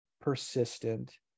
persistent